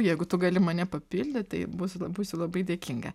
jeigu tu gali mane papildyt tai būsiu būsiu labai dėkinga